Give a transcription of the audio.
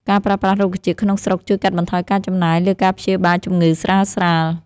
ការប្រើប្រាស់រុក្ខជាតិក្នុងស្រុកជួយកាត់បន្ថយការចំណាយលើការព្យាបាលជំងឺស្រាលៗ។